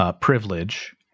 privilege